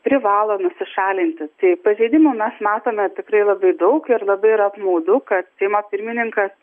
privalo nusišalinti tai pažeidimų mes matome tikrai labai daug ir labai yra apmaudu kad seimo pirmininkas